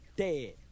dead